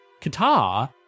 Qatar